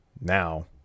Now